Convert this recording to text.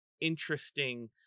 interesting